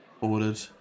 ordered